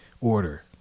Order